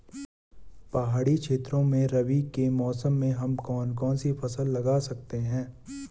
पहाड़ी क्षेत्रों में रबी के मौसम में हम कौन कौन सी फसल लगा सकते हैं?